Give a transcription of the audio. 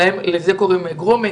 שלזה קוראים "גרומינג".